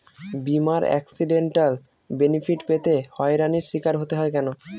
বিমার accidental benefit পেতে হয়রানির স্বীকার হতে হয় কেন?